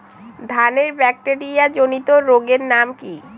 ধানের ব্যাকটেরিয়া জনিত রোগের নাম কি?